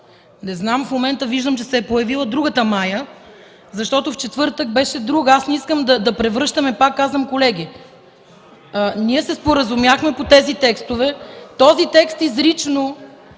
Не зная, в момента виждам, че се е появила другата Мая, защото в четвъртък беше друга. Колеги, пак казвам, ние се споразумяхме по тези текстове. Този текст изрично